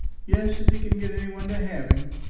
yes if he can get any one to have him.